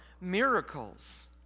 miracles